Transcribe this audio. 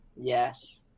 Yes